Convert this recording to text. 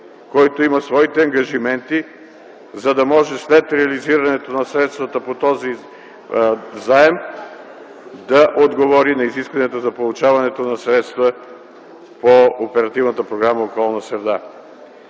който има своите ангажименти, за да може след реализирането на средствата по този заем да отговори на изискванията за получаването на средства по